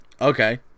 Okay